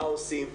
מה עושים,